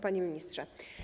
Panie Ministrze!